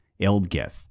Eldgith